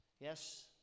Yes